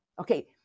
okay